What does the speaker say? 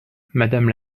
madame